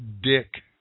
Dick